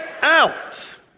out